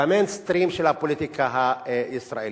ב"מיינסטרים" של הפוליטיקה הישראלית.